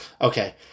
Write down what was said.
Okay